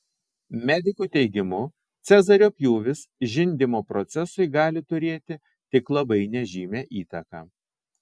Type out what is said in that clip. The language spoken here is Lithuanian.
medikų teigimu cezario pjūvis žindymo procesui gali turėti tik labai nežymią įtaką